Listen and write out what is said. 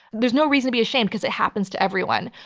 there's no reason to be ashamed, because it happens to everyone.